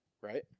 Right